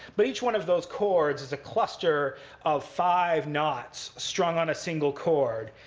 but each one of those cords is a cluster of five knots strung on a single cord.